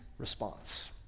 response